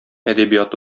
әдәбияты